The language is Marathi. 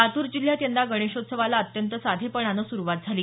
लातूर जिल्ह्यात यंदा गणेशोत्सवाला अत्यंत साधेपणानं सुरुवात झाली